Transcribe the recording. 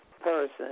person